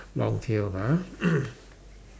long tail ah